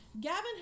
gavin